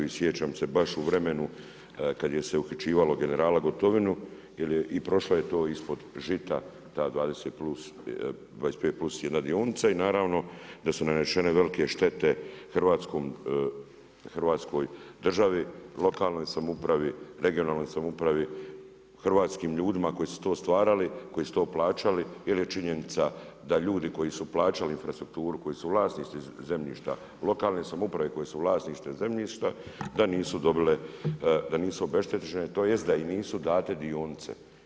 I sjećam se baš u vremenu kada se je uhićivalo generala Gotovinu jer je i prošlo je to ispod žita ta 25+1 dionica i naravno da su nanesene velike štete Hrvatskoj državi, lokalnoj samoupravi, regionalnoj samoupravi, hrvatskim ljudima koji su to stvarali, koji su to plaćali jer je činjenica da ljudi koji su plaćali infrastrukturu, koji su vlasnici infrastrukturu, koji su vlasnici zemljišta, lokalne samouprave koje su vlasništvo zemljišta da nisu dobile, da nisu obeštećene, tj. da im nisu dane dionice.